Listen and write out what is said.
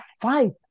fight